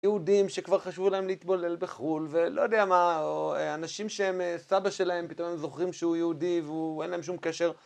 יהודים שכבר חשבו להם להתבולל בחו״ל, ולא יודע מה, או אנשים שהם, סבא שלהם פתאום הם זוכרים שהוא יהודי ואין להם שום קשר.